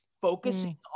focusing